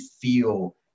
feel